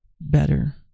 better